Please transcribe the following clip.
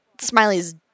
Smiley's